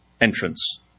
entrance